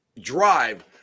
drive